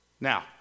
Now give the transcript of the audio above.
Now